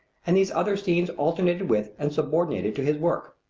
and these other scenes alternated with and subordinated to his work.